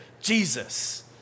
Jesus